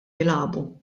jilagħbu